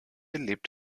lebt